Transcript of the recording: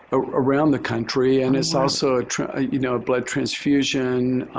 ah around the country and it's also, you know, a blood transfusion,